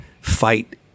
fight